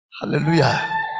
hallelujah